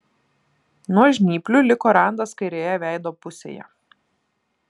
nuo žnyplių liko randas kairėje veido pusėje